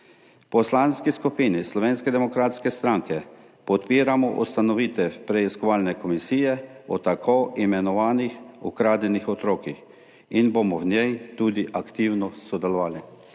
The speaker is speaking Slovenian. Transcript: Poslanski skupini Slovenske demokratske stranke podpiramo ustanovitev preiskovalne komisije o tako imenovanih ukradenih otrocih in bomo v njej tudi aktivno sodelovali.